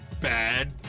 Bad